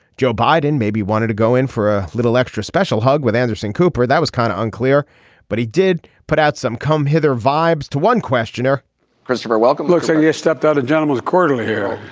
joe biden maybe wanted to go in for a little extra special hug with anderson cooper. that was kind of unclear but he did put out some come hither vibes to one questioner christopher welcome looks like you stepped on a gentlemen's quarterly here.